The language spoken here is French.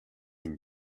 une